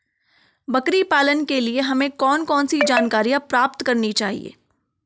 बकरी पालन के लिए हमें कौन कौन सी जानकारियां प्राप्त करनी चाहिए?